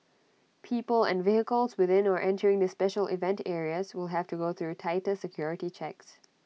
people and vehicles within or entering the special event areas will have to go through tighter security checks